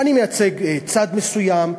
אני מייצג צד מסוים,